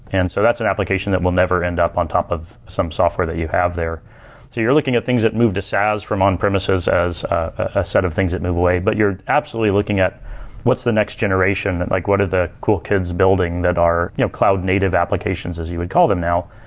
and so that's an application that will never end up on top of some software that you have there so you're looking at things that move this as from on-premises as a set of things that move away. but you're absolutely looking at what's the next generation, like what are the cool kids building that are you know cloud-native applications as you would call them now.